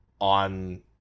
On